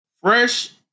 Fresh